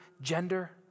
gender